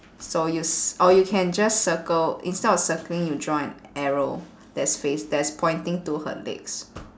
so you c~ or you can just circle instead of circling you draw an arrow that's fac~ that's pointing to her legs